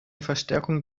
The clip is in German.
verstärkung